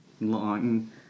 long